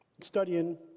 studying